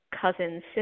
cousin's